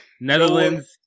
Netherlands